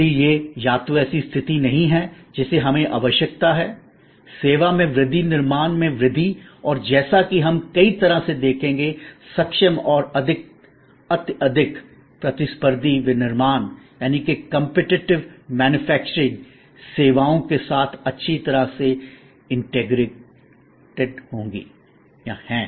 इसलिए यह या तो ऐसी स्थिति नहीं है जिसकी हमें आवश्यकता है सेवा में वृद्धि निर्माण में वृद्धि और जैसा कि हम कई तरह से देखेंगे सक्षम और अत्यधिक प्रतिस्पर्धी विनिर्माण कॉम्पिटिटिव मनुफक्चरिंग competitive manufacturing सेवाओं के साथ अच्छी तरह से एकीकृत इंटीग्रेटेड integrated है